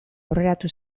aurreratu